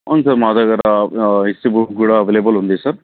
అవును సార్ మా దగ్గర హిస్టరీ బుక్ కూడా అవైలబుల్ ఉంది సార్